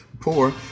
poor